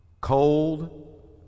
cold